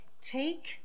take